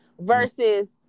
versus